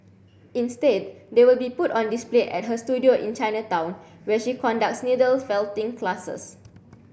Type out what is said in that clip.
instead they will be put on display at her studio in Chinatown where she conducts needle felting classes